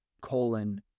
colon